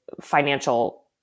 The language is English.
financial